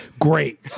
great